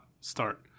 start